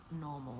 normal